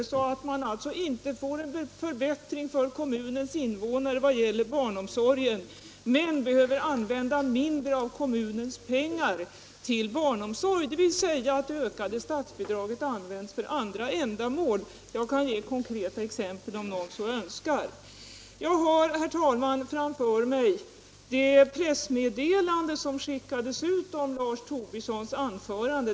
Resultatet blir alltså inte en förbättring för kommunens invånare vad gäller barnomsorgen utan bara att kommunen behöver använda mindre av sina pengar till barnomsorg. Det betyder att statsbidragshöjningen går till andra ändamål. Jag kan ge konkreta exempel, om någon så önskar. Jag har, herr talman, framför mig det pressmeddelande som skickades ut om Lars Tobissons anförande.